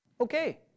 okay